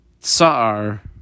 Tsar